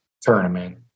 tournament